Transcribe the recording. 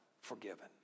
forgiven